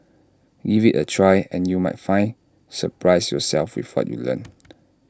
give IT A try and you might find surprise yourself with what you learn